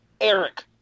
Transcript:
Eric